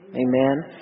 Amen